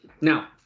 now